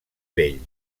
vell